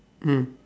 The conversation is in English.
mm